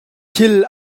thil